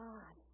God